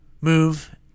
move